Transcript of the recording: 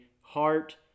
heart